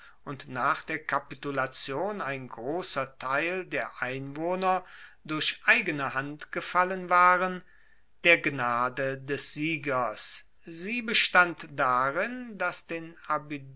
und nach der kapitulation ein grosser teil der einwohner durch eigene hand gefallen waren der gnade des siegers sie bestand darin dass den